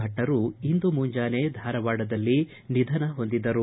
ಭಟ್ಟರು ಇಂದು ಮುಂಜಾನೆ ಧಾರವಾಡದಲ್ಲಿ ನಿಧನ ಹೊಂದಿದರು